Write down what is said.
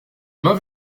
main